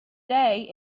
day